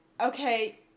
okay